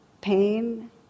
pain